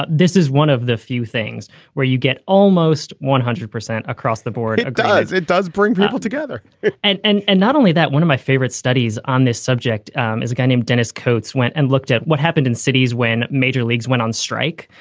but this is one of the few things where you get almost one hundred percent across the board does it does bring people together? and and and not only that, one of my favorite studies on this subject um is a guy named dennis cote's went and looked at what happened in cities when major leagues went on strike.